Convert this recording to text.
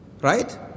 Right